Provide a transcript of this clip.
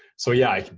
so yeah,